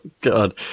God